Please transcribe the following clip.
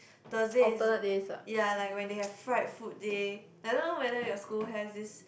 Thursdays ya like when they have fried food day I don't know whether your school has this